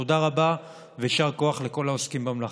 תודה רבה ויישר כוח לכל העוסקים במלאכה.